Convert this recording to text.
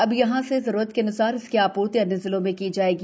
अब यहां से जरूरत अन्सार इसकी आपूर्ति अन्य जिलों में की जाएगी